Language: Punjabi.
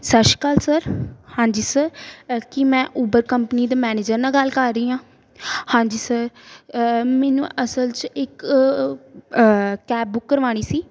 ਸਤਿ ਸ਼੍ਰੀ ਅਕਾਲ ਸਰ ਹਾਂਜੀ ਸਰ ਕੀ ਮੈਂ ਉਬਰ ਕੰਪਨੀ ਦੇ ਮੈਨੇਜਰ ਨਾਲ ਗੱਲ ਕਰ ਰਹੀ ਹਾਂ ਹਾਂਜੀ ਸਰ ਮੈਨੂੰ ਅਸਲ 'ਚ ਇੱਕ ਕੈਬ ਬੁੱਕ ਕਰਵਾਉਣੀ ਸੀ